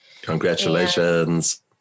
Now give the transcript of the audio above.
Congratulations